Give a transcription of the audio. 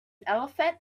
elephant